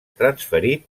transferit